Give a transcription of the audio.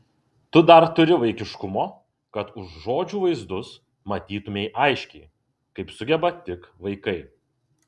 tu dar turi vaikiškumo kad už žodžių vaizdus matytumei aiškiai kaip sugeba tik vaikai